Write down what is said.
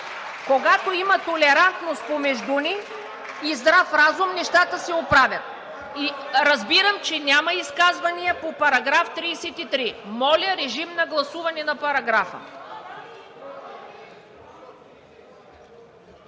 когато има толерантност помежду ни и здрав разум, нещата се оправят. Разбирам, че няма изказвания по § 33. Моля, режим на гласуване на параграфа.